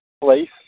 place